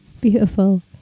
beautiful